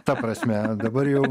ta prasme dabar jau